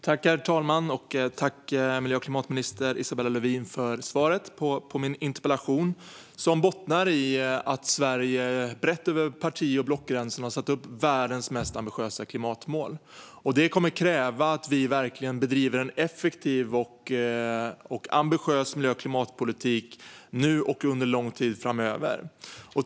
Herr talman! Jag tackar miljö och klimatminister Isabella Lövin för svaret på min interpellation, som bottnar i att Sverige brett över parti och blockgränserna har satt upp världens mest ambitiösa klimatmål. Detta kommer att kräva att vi bedriver en effektiv och ambitiös miljö och klimatpolitik nu och under lång tid framöver.